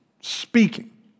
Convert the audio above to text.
speaking